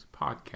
Podcast